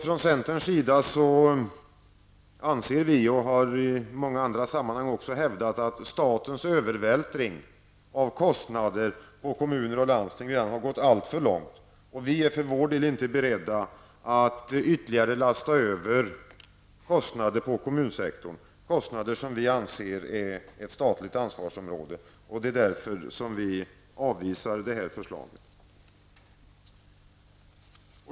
Från centerns sida anser vi -- och har i många andra sammanhang också hävdat -- att statens övervältring av kostnader på kommuner och landsting redan har gått alltför långt. Vi är för vår del inte beredda att ytterligare lasta över kostnader på kommunsektorn. Vi anser dessa kostnader vara ett statligt ansvarsområde. Vi avvisar därför detta förslag.